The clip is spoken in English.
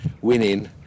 winning